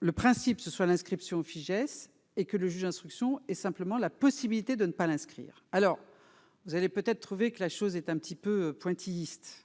le principe se soit l'inscription au Fijais et que le juge d'instruction et simplement la possibilité de ne pas l'inscrire, alors vous allez peut-être trouver que la chose est un petit peu pointilliste